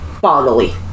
Bodily